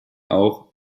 auch